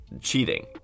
cheating